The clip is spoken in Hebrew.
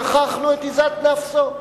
שכחנו את עזאת נאפסו?